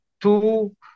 two